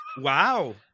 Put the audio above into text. Wow